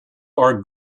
are